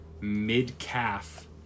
mid-calf